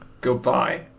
Goodbye